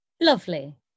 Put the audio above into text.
Lovely